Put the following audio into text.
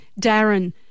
darren